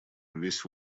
весь